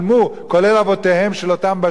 כולל אבותיהם של אותם בשלנים,